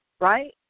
right